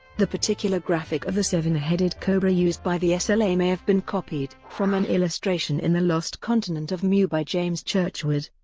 the particular graphic of the seven-headed cobra used by the sla may have been copied from an illustration in the lost continent of mu by james churchward.